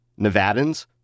nevadans